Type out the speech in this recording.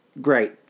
great